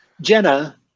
Jenna